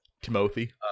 timothy